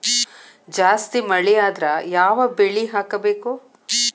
ಜಾಸ್ತಿ ಮಳಿ ಆದ್ರ ಯಾವ ಬೆಳಿ ಹಾಕಬೇಕು?